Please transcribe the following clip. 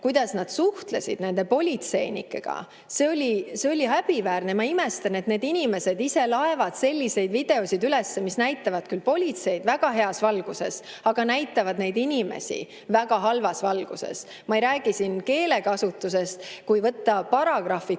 kuidas nad suhtlesid politseinikega, oli häbiväärne. Ma imestan, et need inimesed ise laadivad üles selliseid videoid, mis näitavad politseid väga heas valguses ja neid inimesi väga halvas valguses. Ma ei räägi siin keelekasutusest. Kui võtta puhtalt